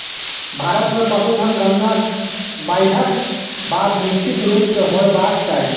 भारत मे पशुधन गणना बाइढ़क बाद निश्चित रूप सॅ होयबाक चाही